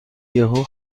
یهو